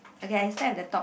okay I start at the top